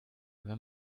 wenn